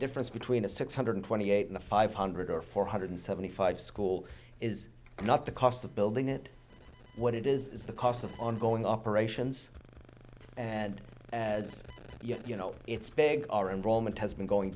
difference between a six hundred twenty eight and a five hundred or four hundred seventy five school is not the cost of building it what it is the cost of ongoing operations and as you know it's big our involvement has been going